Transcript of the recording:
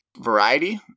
variety